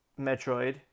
Metroid